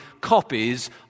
copies